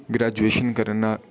graduation करै करनां